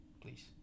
Please